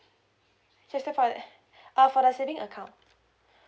just tick for the uh for the saving account